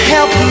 Help